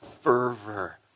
fervor